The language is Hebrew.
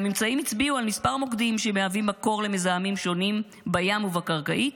הממצאים הצביעו על כמה מוקדים שמהווים מקור למזהמים שונים בים ובקרקעית,